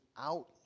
out